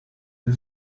was